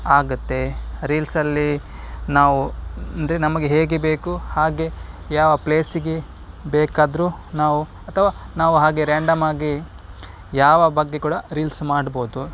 ಆಗುತ್ತೆ ರೀಲ್ಸಲ್ಲಿ ನಾವು ಅಂದರೆ ನಮಗೆ ಹೇಗೆ ಬೇಕು ಹಾಗೆ ಯಾವ ಪ್ಲೇಸಿಗೆ ಬೇಕಾದ್ರೂ ನಾವು ಅಥವಾ ನಾವು ಹಾಗೆ ರ್ಯಾಂಡಮಾಗಿ ಯಾವ ಬಗ್ಗೆ ಕೂಡ ರೀಲ್ಸ್ ಮಾಡ್ಬೋದು